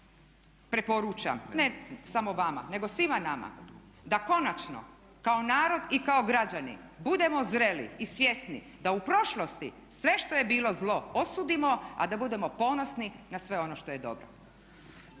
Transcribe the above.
preporučam, ne samo vama, nego svima nama da konačno kao narod i kao građani budemo zreli i svjesni da u prošlosti sve što je bilo zlo osudimo a da budemo ponosni na sve ono što je dobro.